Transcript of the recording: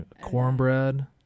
Cornbread